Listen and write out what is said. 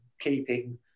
keeping